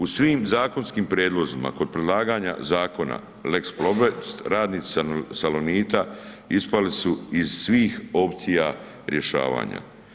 U svim zakonskim prijedlozima kod predlaganja zakona lex Plobest radnici Salonita ispali su iz svih opcija rješavanja.